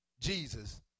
Jesus